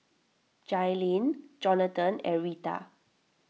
Jailene Jonathan and Reta